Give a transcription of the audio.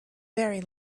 very